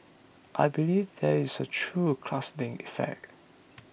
I believe there is a true clustering effect